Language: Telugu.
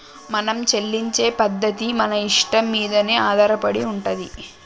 మనం చెల్లించే పద్ధతి మన ఇష్టం మీదనే ఆధారపడి ఉంటది